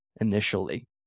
initially